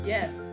Yes